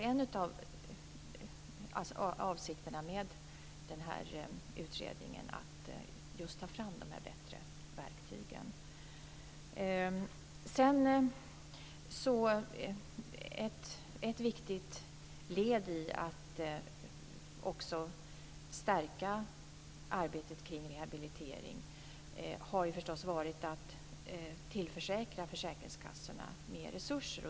En av avsikterna med den här utredningen är förstås att man skall kunna ta fram dessa bättre verktyg. Ett viktigt led i att stärka rehabiliteringsarbetet har förstås varit att man har tillförsäkrat försäkringskassorna mer resurser.